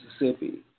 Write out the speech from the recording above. Mississippi